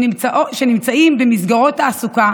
שנמצאים במסגרות תעסוקה